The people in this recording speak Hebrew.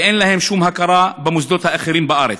ואין להם שום הכרה במוסדות אחרים בארץ.